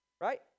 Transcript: Right